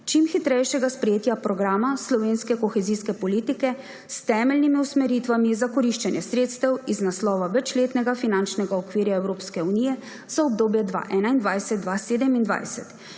čim hitrejšega sprejetja programa slovenske kohezijske politike s temeljnimi usmeritvami za koriščenje sredstev z naslova večletnega finančnega okvirja Evropske unije za obdobje 2021–2027